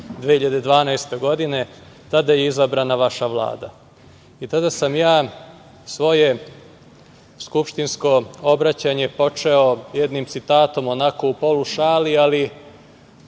2012. godine, kada je izabrana vaša Vlada. Tada sam ja svoje skupštinsko obraćanje počeo jednim citatom, onako u polušali, ali